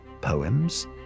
poems